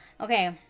Okay